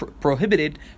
prohibited